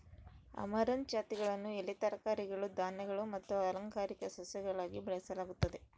amaranth ಜಾತಿಗಳನ್ನು ಎಲೆ ತರಕಾರಿಗಳು ಧಾನ್ಯಗಳು ಮತ್ತು ಅಲಂಕಾರಿಕ ಸಸ್ಯಗಳಾಗಿ ಬೆಳೆಸಲಾಗುತ್ತದೆ